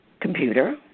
computer